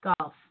golf